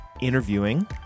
interviewing